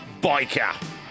biker